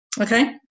Okay